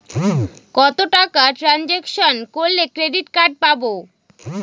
কত টাকা ট্রানজেকশন করলে ক্রেডিট কার্ড পাবো?